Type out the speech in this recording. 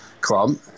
club